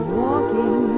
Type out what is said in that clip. walking